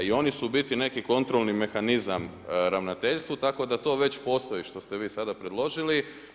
I oni su u biti neki kontrolni mehanizam Ravnateljstvu, tako da to već postoji što ste vi sada predložili.